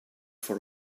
for